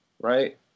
Right